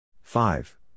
Five